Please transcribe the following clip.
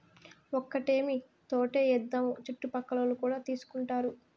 ఒక్కటేమీ తోటే ఏద్దాము చుట్టుపక్కలోల్లు కూడా తీసుకుంటారు